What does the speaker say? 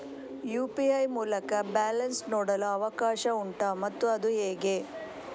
UPI ಮೂಲಕ balance ನೋಡಲು ಅವಕಾಶ ಉಂಟಾ ಮತ್ತು ಅದು ಹೇಗೆ?